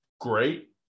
great